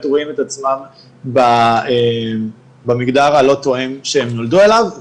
רואים את עצמם במגדר הלא תואם שהם נולדו אליו,